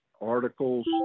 articles